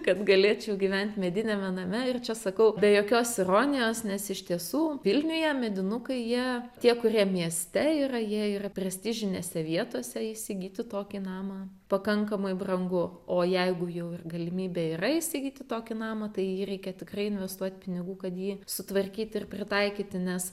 kad galėčiau gyvent mediniame name ir čia sakau be jokios ironijos nes iš tiesų vilniuje medinukai jie tie kurie mieste yra jie yra prestižinėse vietose įsigyti tokį namą pakankamai brangu o jeigu jau ir galimybė yra įsigyti tokį namą tai į jį reikia tikrai investuot pinigų kad jį sutvarkyti ir pritaikyti nes